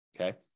okay